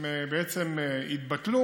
הם בעצם יתבטלו,